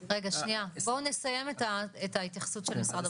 בואו נסיים את ההתייחסות של משרד